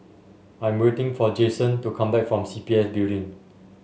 I am waiting for Jayson to come back from C P F Building